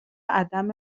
عدم